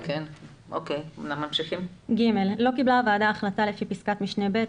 לא קיבלה הוועדה החלטה לפי פסקת משנה (ב)